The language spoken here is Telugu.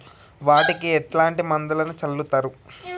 వాటికి ఎట్లాంటి మందులను చల్లుతరు?